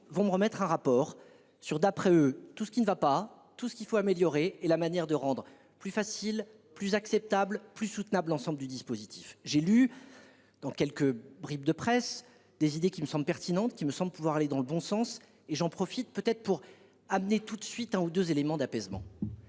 vont remettre un rapport sur, d'après eux, tout ce qui ne va pas tout ce qu'il faut améliorer et la manière de rendre plus facile plus acceptable plus soutenable. L'ensemble du dispositif. J'ai lu. Dans quelques bribes de presse des idées qui me semblent pertinentes qui me semble pouvoir aller dans le bon sens et j'en profite. Peut être pour amener tout de suite un ou 2 éléments d'apaisement.